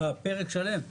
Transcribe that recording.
פרק שלם?